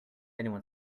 anyone